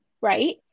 right